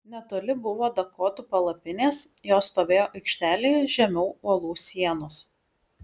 netoli buvo dakotų palapinės jos stovėjo aikštelėje žemiau uolų sienos